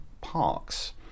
parks